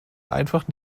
einfach